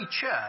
church